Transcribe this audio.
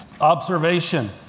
observation